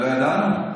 לא ידענו.